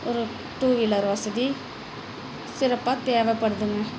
ஒரு two wheeler வசதி சிறப்பாக தேவைப்படுதுங்க